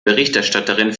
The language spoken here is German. berichterstatterin